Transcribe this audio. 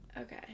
Okay